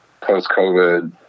post-COVID